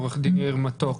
עורך דין יאיר מתוק,